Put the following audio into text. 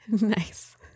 Nice